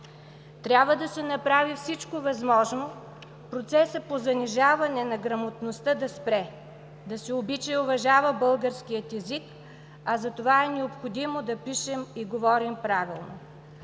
Трябва да се направи всичко възможно процесът по занижаване на грамотността да спре, да се обича и уважава българският език, а за това е необходимо да пишем и говорим правилно.